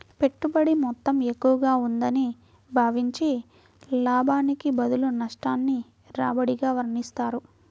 పెట్టుబడి మొత్తం ఎక్కువగా ఉందని భావించి, లాభానికి బదులు నష్టాన్ని రాబడిగా వర్ణిస్తారు